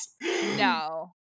no